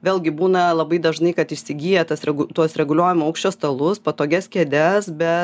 vėlgi būna labai dažnai kad įsigiję tas tuos reguliuojamo aukščio stalus patogias kėdes bet